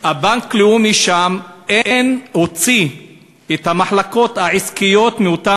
בנק לאומי שם הוציא את המחלקות העסקיות מאותם